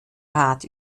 rat